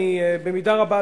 במידה רבה,